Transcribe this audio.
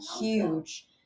huge